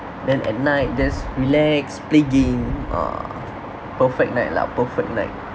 then at night just relax play game err perfect night lah perfect night